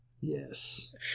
yes